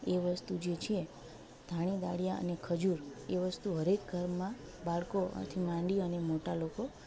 એ વસ્તુ જે છે ધાણી દાળિયા અને ખજૂર એ વસ્તુ હરએક ઘરમાં બાળકોથી માંડી અને મોટા લોકો